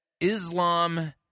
Islam